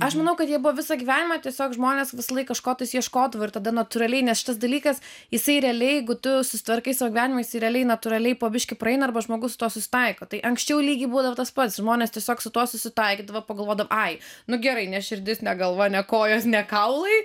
aš manau kad jie buvo visą gyvenimą tiesiog žmonės visą laiką kažko tai ieškodavo ir tada natūraliai nes šitas dalykas jisai realiai jeigu tu susitvarkai savo gyvenimą jisai realiai natūraliai po biškį praeina arba žmogus su tuo susitaiko tai anksčiau lygiai būdavo tas pats žmonės tiesiog su tuo susitaikydavo pagalvodavo ai nu gerai nes širdis ne galva ne kojos ne kaulai